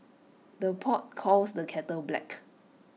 the pot calls the kettle black